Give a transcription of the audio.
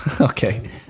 Okay